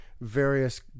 various